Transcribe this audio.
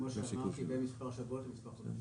כמו שאמרתי, בין מספר שבועות למספר חודשים.